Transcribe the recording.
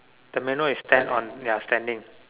the menu is stand on ya standing